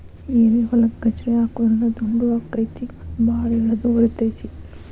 ಏರಿಹೊಲಕ್ಕ ಗಜ್ರಿ ಹಾಕುದ್ರಿಂದ ದುಂಡು ಅಕೈತಿ ಮತ್ತ ಬಾಳ ಇಳದು ಇಳಿತೈತಿ